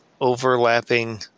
overlapping